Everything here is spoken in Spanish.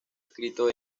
escrito